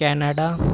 Canada